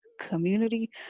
Community